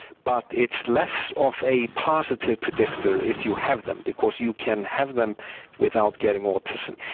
but it's less of a positive predictor if you have them because you can have them without getting autism.